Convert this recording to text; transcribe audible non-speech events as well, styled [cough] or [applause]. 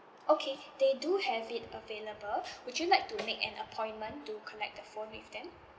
okay they do have it available [breath] would you like to make an appointment to collect the phone with them